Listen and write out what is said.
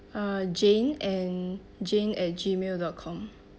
uh jane and jane at Gmail dot com